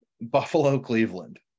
Buffalo-Cleveland